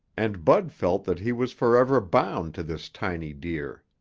and bud felt that he was forever bound to this tiny deer.